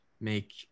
make